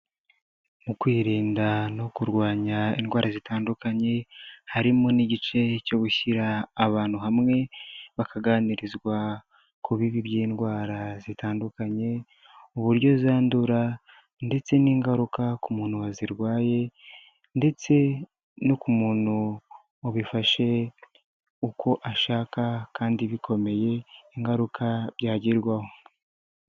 Mu kwirinda no kurwanya indwara zitandukanye harimo n'igice cyo gushyira abantu hamwe bakaganirizwa ku bibi by'indwara zitandukanye, uburyo zandura, ndetse n'ingaruka ku muntu wazirwaye ndetse no ku muntu ubifashe uko ashaka kandi bikomeye, ingaruka byagirwaho.